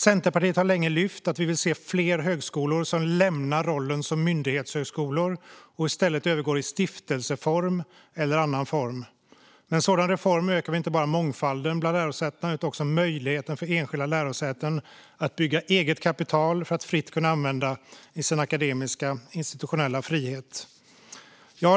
Centerpartiet har länge lyft fram att vi vill se fler högskolor som lämnar rollen som myndighetshögskolor och i stället övergår i stiftelseform eller annan form. Med en sådan reform ökar vi inte bara mångfalden bland lärosätena utan också möjligheten för enskilda lärosäten att bygga eget kapital att fritt använda i sin akademiska institutionella frihet.